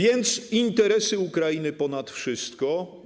Interesy Ukrainy ponad wszystko.